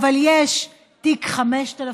אבל יש תיק 5000,